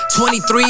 23